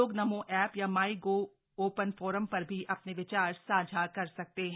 लोग नमो ऐप या MyGov open forum पर भी अपने विचार साझा कर सकते हैं